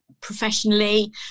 professionally